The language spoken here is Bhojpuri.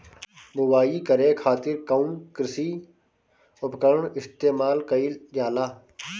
बुआई करे खातिर कउन कृषी उपकरण इस्तेमाल कईल जाला?